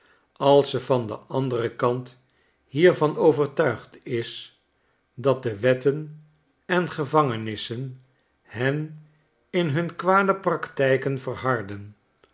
als ze van den anderen kant hiervan overtuigd is dat de wetten en gevangenissen hen in hun kwade practijken verhardden